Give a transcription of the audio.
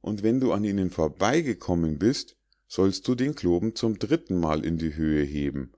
und wenn du an ihnen nun vorbei gekommen bist sollst du den kloben zum dritten mal in die höhe heben